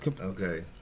Okay